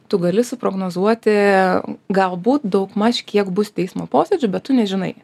tu gali suprognozuoti galbūt daugmaž kiek bus teismo posėdžių bet tu nežinai